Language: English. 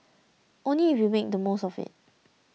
only if you make the most of it